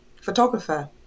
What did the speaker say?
photographer